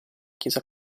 chiesa